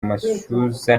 amashyuza